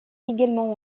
également